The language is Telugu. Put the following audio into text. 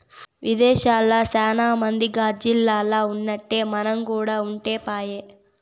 విదేశాల్ల సాన మంది గాజిల్లల్ల ఉన్నట్టే మనం కూడా ఉంటే పాయె